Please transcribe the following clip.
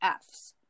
Fs